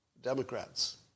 Democrats